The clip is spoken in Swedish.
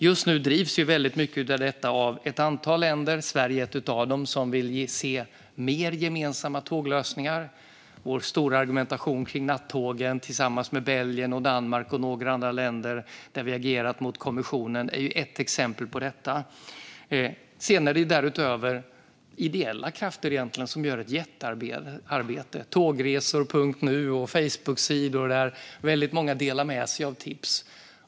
Just nu drivs väldigt mycket av detta av ett antal länder - Sverige är ett av dem - som vill se mer gemensamma tåglösningar. Vår stora argumentation för nattågen, tillsammans med Belgien, Danmark och några andra länder som har agerat mot kommissionen, är ett exempel på detta. Därutöver är det egentligen ideella krafter som gör ett jättearbete - tågresor.nu och Facebooksidor där väldigt många delar med sig av tips.